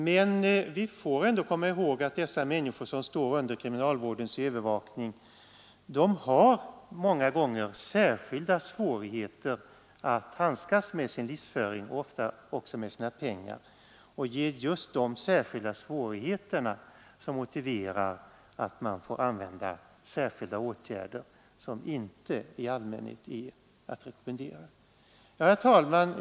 Men vi får komma ihåg att de människor som står under kriminalvårdens övervakning många gånger har särskilda svårigheter att handskas med sin livsföring och ofta också med sina pengar, och det är just de särskilda svårigheterna som motiverar sådana särskilda åtgärder, som inte i allmänhet är att rekommendera. Herr talman!